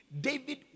David